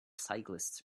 cyclists